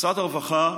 משרד הרווחה,